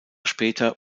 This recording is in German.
später